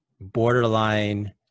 borderline